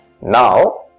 Now